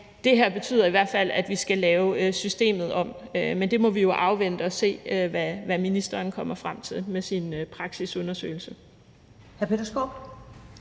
det her betyder i hvert fald, at vi skal lave systemet om. Men vi må jo afvente og se, hvad ministeren kommer frem til i sin praksisundersøgelse.